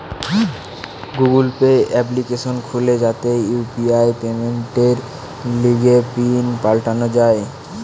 Google Pay application খুলে যাতে UPI পেমেন্টের লিগে পিন পাল্টানো যায়